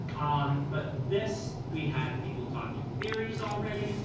um but this, we had people talking theories already.